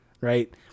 Right